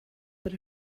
but